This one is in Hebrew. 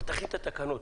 אבל תכין את התקנות.